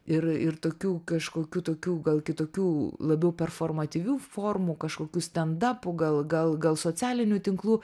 ir ir tokių kažkokių tokių gal kitokių labiau performativių formų kažkokių stenda pų gal gal gal socialinių tinklų